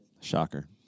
Shocker